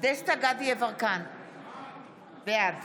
גדי יברקן, בעד